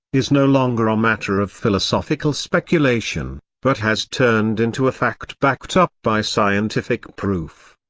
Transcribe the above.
is no longer a matter of philosophical speculation, but has turned into a fact backed up by scientific proof.